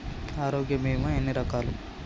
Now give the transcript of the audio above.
ఆరోగ్య బీమా ఎన్ని రకాలు?